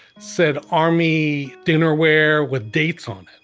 said army dinnerware with dates on